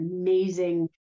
amazing